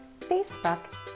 Facebook